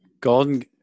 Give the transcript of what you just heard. Golden